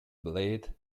blade